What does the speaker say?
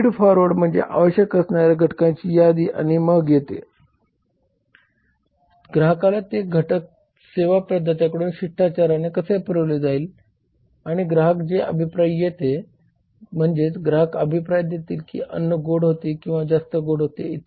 feed forward म्हणजे आवश्यक असणाऱ्या घटकांची यादी आणि मग येते की ग्राहकाला ते घटक सेवा प्रदात्याकडून शिष्टाचाराने कसे पुरविले जाईल आणि ग्राहक जे अभिप्राय येते म्हणजेच ग्राहक अभिप्राय देतील की अन्न गोड होते किंवा जास्त गोड इ